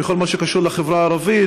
בכל מה שקשור לחברה הערבית,